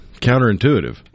counterintuitive